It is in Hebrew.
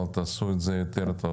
אבל אתם תעשו את זה יותר טוב.